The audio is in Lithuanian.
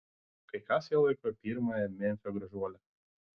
kai kas ją laiko pirmąja memfio gražuole